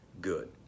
good